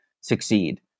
succeed